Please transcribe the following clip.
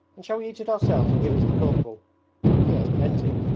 and shall we eat it ourselves or give it to the corporal he has plenty